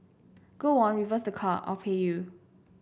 go on reverse the car I'll pay you